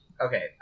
Okay